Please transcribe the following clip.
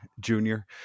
junior